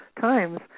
times